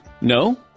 No